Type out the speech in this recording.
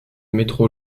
métro